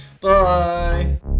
Bye